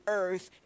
earth